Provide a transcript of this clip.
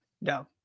No